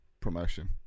promotion